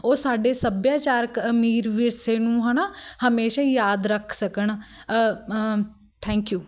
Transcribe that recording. ਉਹ ਸਾਡੇ ਸੱਭਿਆਚਾਰਕ ਅਮੀਰ ਵਿਰਸੇ ਨੂੰ ਹੈ ਨਾ ਹਮੇਸ਼ਾਂ ਯਾਦ ਰੱਖ ਸਕਣ ਥੈਂਕ ਯੂ